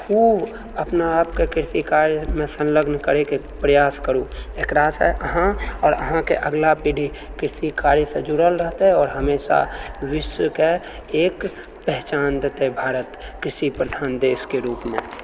खूब अपना आपके कृषि कार्यमे सङलग्न करैके प्रयास करु एकरासँ अहाँ आओर अहाँके अगला पीढ़ी कृषि कार्यसँ जुड़ल रहतै आओर हमेशा विश्वके एक पहचान देतै भारत कृषि प्रधान देशके रूपमे